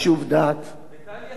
טליה ששון.